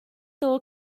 door